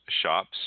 shops